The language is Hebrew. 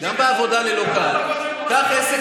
גם בעבודה ללא קהל, קח עסק